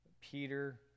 Peter